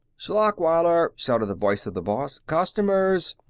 schlachweiler! shouted the voice of the boss. customers!